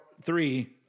three